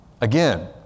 Again